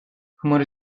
chmury